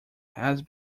have